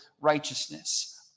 righteousness